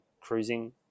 cruising